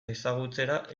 ezagutzera